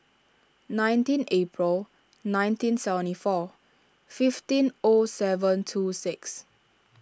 nineteen April nineteen seventy four fifteen O seven two six